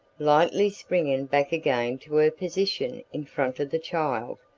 lightly springing back again to her position in front of the child,